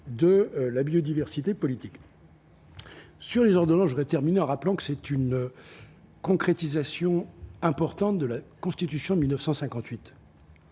de la biodiversité politique sur les ordonnances je voudrais terminer en rappelant que c'est une concrétisation importante de la Constitution de 1958